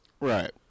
Right